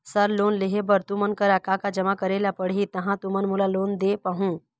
Sir loan लेहे बर तुमन करा का का जमा करें ला पड़ही तहाँ तुमन मोला लोन दे पाहुं?